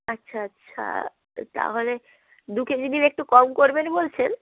আচ্ছা আচ্ছা তো তাহলে দু কেজি নিলে একটু কম করবেন বলছেন